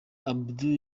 abdou